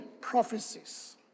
prophecies